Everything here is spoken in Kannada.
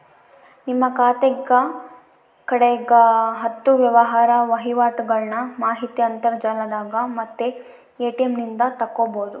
ನಿಮ್ಮ ಖಾತೆಗ ಕಡೆಗ ಹತ್ತು ವ್ಯವಹಾರ ವಹಿವಾಟುಗಳ್ನ ಮಾಹಿತಿ ಅಂತರ್ಜಾಲದಾಗ ಮತ್ತೆ ಎ.ಟಿ.ಎಂ ನಿಂದ ತಕ್ಕಬೊದು